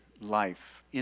life